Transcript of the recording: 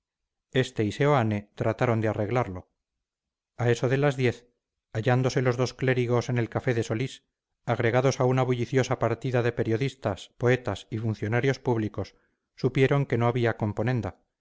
este y seoane trataron de arreglarlo a eso de las diez hallándose los dos clérigos en el café de solís agregados a una bulliciosa partida de periodistas poetas y funcionarios públicos supieron que no había componenda